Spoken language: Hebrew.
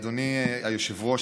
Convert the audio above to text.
אדוני היושב-ראש,